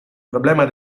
problema